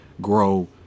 grow